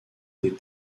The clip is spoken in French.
des